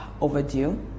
overdue